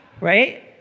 Right